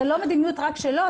זו לא מדיניות רק שלו,